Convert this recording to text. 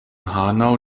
hanau